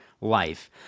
life